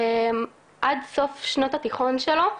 עד סוף שנות התיכון שלו,